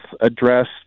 address